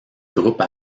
groupe